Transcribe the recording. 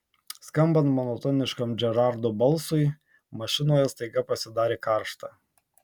skambant monotoniškam džerardo balsui mašinoje staiga pasidarė karšta